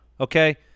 Okay